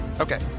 Okay